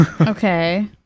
okay